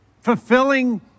Fulfilling